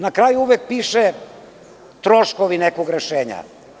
Na kraju uvek piše – troškovi nekog rešenja.